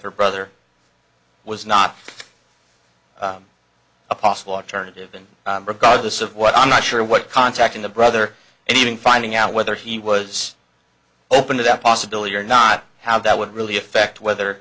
her brother was not a possible alternative and regardless of what i'm not sure what contacting the brother and even finding out whether he was open to that possibility or not how that would really affect whether